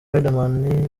riderman